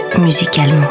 Musicalement